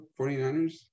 49ers